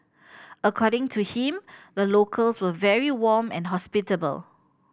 according to him the locals were very warm and hospitable